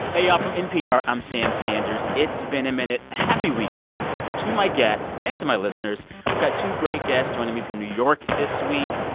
hey, y'all. from npr, i'm sam sanders. it's been a minute. happy weekend to my guests and to my listeners. we've got two great guests joining me from new york this week.